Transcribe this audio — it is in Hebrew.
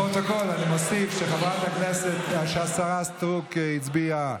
לפרוטוקול, אני מוסיף שהשרה סטרוק הצביעה